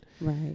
right